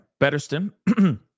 Betterston